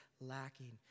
lacking